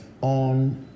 on